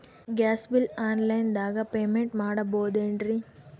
Gas bill online ದಾಗ payment ಮಾಡಬೋದೇನ್ರಿ?